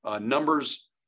numbers